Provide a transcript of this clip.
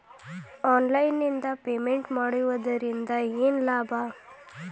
Online ನಿಂದ payment ಮಾಡುವುದರಿಂದ ಏನು ಲಾಭ?